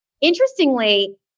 interestingly